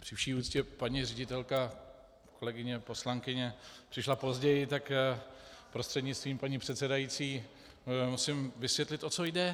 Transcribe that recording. Při vší úctě, paní ředitelka kolegyně poslankyně přišla později, tak prostřednictvím paní předsedající jí musím vysvětlit, o co jde.